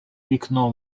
вікно